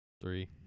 three